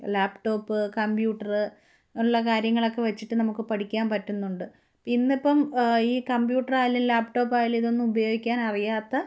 laptop computer ഉള്ള കാര്യങ്ങളൊക്കെ വച്ചിട്ടു നമുക്കു പഠിക്കാൻ പറ്റുന്നുണ്ട് ഇന്നിപ്പോള് ഈ കമ്പ്യൂട്ടറായാലും ലാപ്ടോപ്പായാലും ഇതൊന്നും ഉപയോഗിക്കാൻ അറിയാത്ത